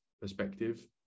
perspective